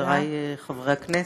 חבריי חברי הכנסת,